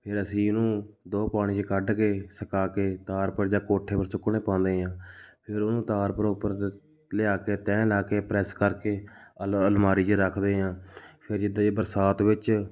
ਫਿਰ ਅਸੀਂ ਇਹਨੂੰ ਦੋ ਪਾਣੀ 'ਚ ਕੱਢ ਕੇ ਸੁਕਾ ਕੇ ਤਾਰ ਪਰ ਜਾਂ ਕੋਠੇ ਪਰ ਸੁੱਕਣੇ ਪਾਉਂਦੇ ਹਾਂ ਫਿਰ ਉਹਨੂੰ ਤਾਰ ਪਰ ਉੱਪਰ ਤੋਂ ਲਿਆ ਕੇ ਤਹਿ ਲਾ ਕੇ ਪ੍ਰੈੱਸ ਕਰਕੇ ਅਲ ਅਲਮਾਰੀ 'ਚ ਰੱਖਦੇ ਹਾਂ ਫਿਰ ਜਿੱਦਾਂ ਇਹ ਬਰਸਾਤ ਵਿੱਚ